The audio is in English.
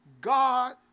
God